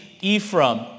Ephraim